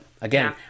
again